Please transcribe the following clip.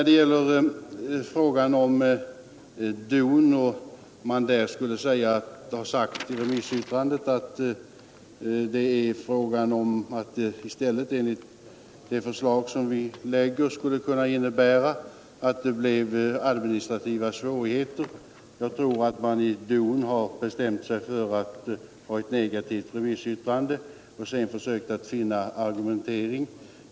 DON har sagt i sitt remissyttrande att motionsförslaget innebär administrativa svårigheter. Jag tror att DON har bestämt sig för ett negativt yttrande och sedan försökt finna argumentering.